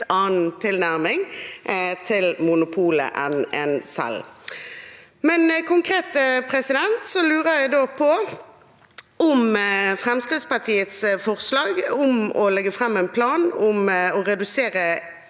annen tilnærming til monopolet enn en selv. Men konkret så lurer jeg på om Fremskrittspartiets forslag om å legge fram en plan for å redusere